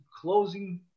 closing